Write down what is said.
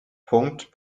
punkt